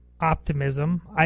optimism